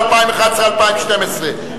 ל-2011 ו-2012,